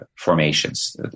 formations